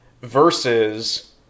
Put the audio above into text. versus